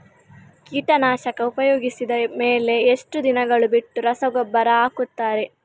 ಕೀಟನಾಶಕ ಉಪಯೋಗಿಸಿದ ಮೇಲೆ ಎಷ್ಟು ದಿನಗಳು ಬಿಟ್ಟು ರಸಗೊಬ್ಬರ ಹಾಕುತ್ತಾರೆ?